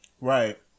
Right